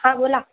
हा बोला